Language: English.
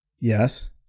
Yes